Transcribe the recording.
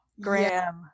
Graham